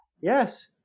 Yes